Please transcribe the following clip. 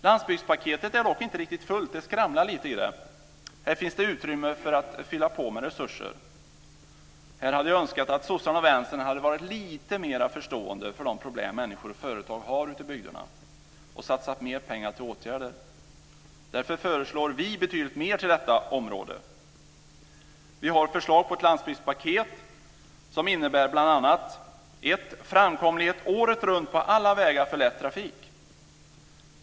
Landsbygdspaketet är dock inte riktigt fullt, det skramlar lite i det, här finns det utrymme för att fylla på med resurser. Här hade jag önskat att sossarna och Vänstern hade varit lite mera förstående för de problem människor och företag har ute i bygderna och satsat mer pengar på åtgärder. Därför föreslår vi betydligt mer till detta område. Vi har förslag till ett landsbygdspaket som bl.a. För det första framkomlighet året runt på alla vägar för lätt trafik.